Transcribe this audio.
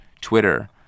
twitter